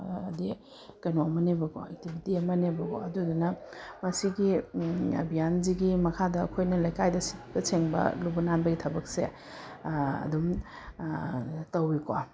ꯑꯗꯤ ꯀꯩꯅꯣ ꯑꯃꯅꯦꯕ ꯀꯣ ꯑꯦꯛꯇꯤꯕꯤꯇꯤ ꯑꯃꯅꯦꯕ ꯀꯣ ꯑꯗꯨꯗꯨꯅ ꯃꯁꯤꯒꯤ ꯑꯕꯤꯌꯥꯟꯖꯤꯒꯤ ꯃꯈꯥꯗ ꯑꯩꯈꯣꯏꯅ ꯂꯩꯀꯥꯏꯗ ꯁꯤꯠꯄ ꯁꯦꯡꯕ ꯂꯨꯕ ꯅꯥꯟꯕꯒꯤ ꯊꯕꯛꯁꯦ ꯑꯗꯨꯝ ꯇꯧꯏꯀꯣ